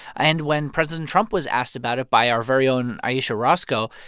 and when president trump was asked about it by our very own ayesha rascoe,